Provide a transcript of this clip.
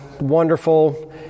wonderful